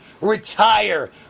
retire